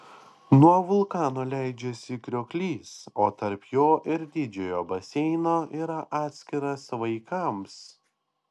nuo vulkano leidžiasi krioklys o tarp jo ir didžiojo baseino yra atskiras vaikams